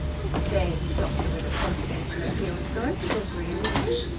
i say, he stopped her, with a confidential appeal. don't you agree with me?